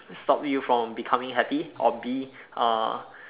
stop you from becoming happy or B uh